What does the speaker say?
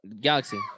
Galaxy